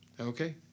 okay